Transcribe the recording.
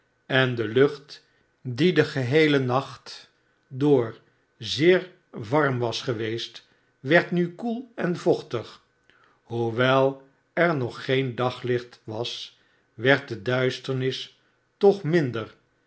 en de lucht die den geheelen nacht door zeer warm was geweest werd nu koel en vochtig hoewel er nog geen daglicht was werd de duisternis toch minder